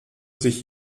sich